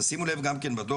שימו לב בדו"ח,